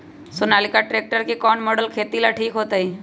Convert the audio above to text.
Sonalika tractor के कौन model खेती ला ठीक होतै?